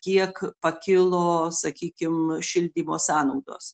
kiek pakilo sakykim šildymo sąnaudos